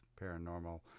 paranormal